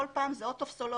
כל פעם זאת עוד טופסולוגיה,